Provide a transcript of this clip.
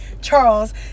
Charles